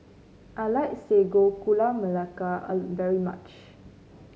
I like Sago Gula Melaka very much